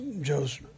Joe's